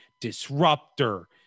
disruptor